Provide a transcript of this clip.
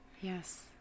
yes